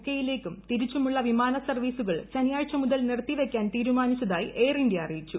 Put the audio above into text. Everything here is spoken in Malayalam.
കെ യിലേക്കും തിരിച്ചുമുള്ള വിമാനസർവ്വീസുകൾ ശനിയാഴ്ച മുതൽ നിർത്തി വയ്ക്കാൻ തീരുമാനിച്ചതായി എയർ ഇന്ത്യ അറിയിച്ചു